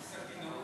סכינאות, זה לא?